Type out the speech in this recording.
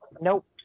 Nope